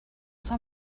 haben